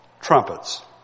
trumpets